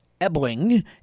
Ebling